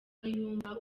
kayumba